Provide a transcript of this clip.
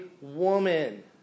woman